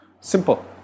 Simple